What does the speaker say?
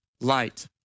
light